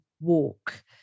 walk